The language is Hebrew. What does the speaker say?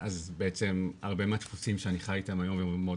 בעצם הרבה מהיחסים שאני חי איתם היום ושמאוד